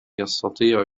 يستطيع